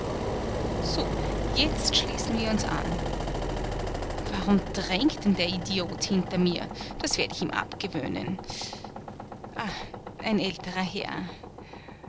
so jetzt schließen wir uns an warum drängt denn der idiot hinter mir das werd ich ihm abgewöhnen ah ein älterer herr